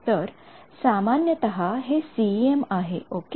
तर सामान्यतः हे सीइएम आहे ओके